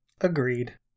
Agreed